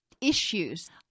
issues